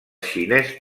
xinès